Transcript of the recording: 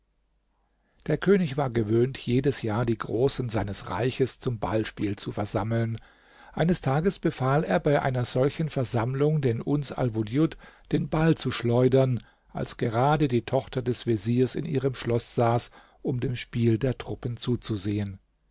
der könig war gewöhnt jedes jahr die großen seines reichs zum ballspiel zu versammeln eines tages befahl er bei einer solchen versammlung den uns aiwudjud den ball zu schleudern als gerade die tochter des veziers in ihrem schloß saß um dem spiel der truppen zuzusehen